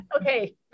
Okay